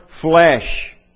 flesh